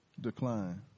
Decline